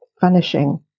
vanishing